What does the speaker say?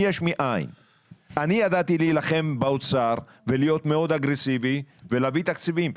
אני ידעתי להילחם באוצר ולהיות מאוד אגרסיבי ולהביא תקציבים.